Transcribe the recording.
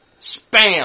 Spam